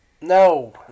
No